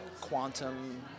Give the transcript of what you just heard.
quantum